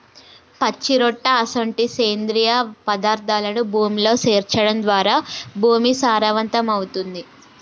పచ్చిరొట్ట అసొంటి సేంద్రియ పదార్థాలను భూమిలో సేర్చడం ద్వారా భూమి సారవంతమవుతుంది